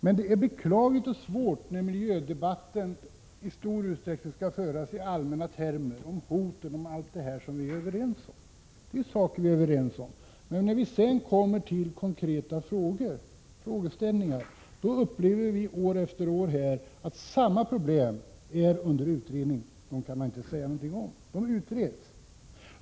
Men det är beklagligt och svårt när miljödebatten i stor utsträckning skall föras i allmänna termer — om hoten, om allt detta som vi är överens om. När vi sedan kommer till konkreta frågor, upplever vi här år efter år att samma problem är under utredning, och dem kan man inte säga någonting om.